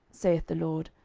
saith the lord.